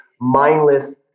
mindless